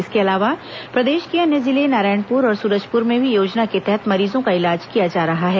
इसके अलावा प्रदेश के अन्य जिले नारायणपुर और सुरजपुर में भी योजना के तहत मरीजों का इलाज किया जा रहा है